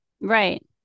Right